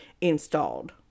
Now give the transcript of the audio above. installed